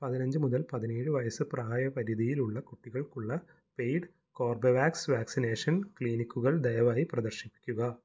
പതിനഞ്ച് മുതൽ പതിനേഴ് വയസ്സ് പ്രായ പരിധിയിലുള്ള കുട്ടികൾക്കുള്ള പെയ്ഡ് കൊർബെവാക്സ് വാക്സിനേഷൻ ക്ലിനിക്കുകൾ ദയവായി പ്രദർശിപ്പിക്കുക